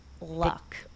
luck